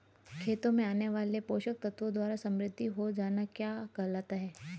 खेतों में आने वाले पोषक तत्वों द्वारा समृद्धि हो जाना क्या कहलाता है?